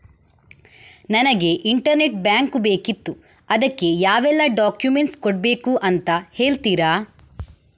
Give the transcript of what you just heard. ನನಗೆ internet bank ಬೇಕಿತ್ತು ಅದಕ್ಕೆ ಯಾವೆಲ್ಲಾ ಡಾಕ್ಯುಮೆಂಟ್ಸ್ ಕೊಡ್ಬೇಕು ಅಂತ ಹೇಳ್ತಿರಾ?